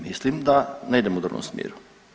Mislim da ne idemo u dobrom smjeru.